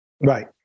right